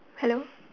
hello